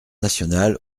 national